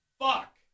fuck